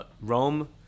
Rome